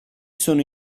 sono